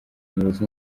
umuyobozi